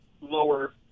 lower